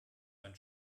ein